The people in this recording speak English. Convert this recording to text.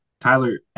Tyler